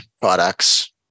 products